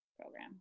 program